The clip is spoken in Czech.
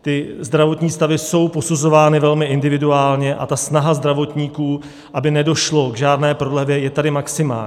Ty zdravotní stavy jsou posuzovány velmi individuálně a snaha zdravotníků, aby nedošlo k žádné prodlevě, je tady maximální.